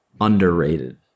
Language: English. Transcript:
Underrated